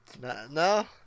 No